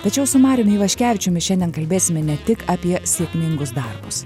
tačiau su mariumi ivaškevičiumi šiandien kalbėsime ne tik apie sėkmingus darbus